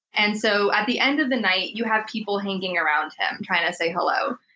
and so at the end of the night, you have people hanging around him, trying to say hello,